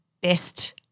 best